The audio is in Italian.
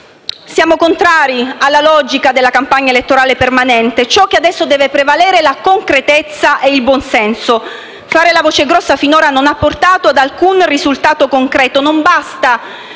Siamo contrari alla logica della campagna elettorale permanente. Ciò che adesso deve prevalere è la concretezza e il buon senso. Fare la voce grossa finora non ha portato ad alcun risultato concreto. Non basta